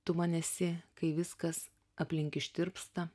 tu man esi kai viskas aplink ištirpsta